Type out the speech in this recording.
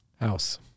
House